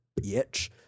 bitch